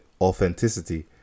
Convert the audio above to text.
authenticity